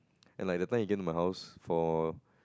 and at the time he came to my house for